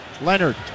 Leonard